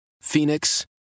Phoenix